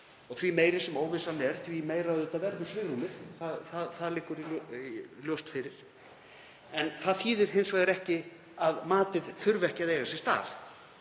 Því meiri sem óvissan er, því meira verður svigrúmið. Það liggur ljóst fyrir. En það þýðir hins vegar ekki að matið þurfi ekki að eiga sér stað.